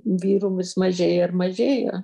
vyrų vis mažėja ir mažėja